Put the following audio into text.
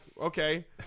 Okay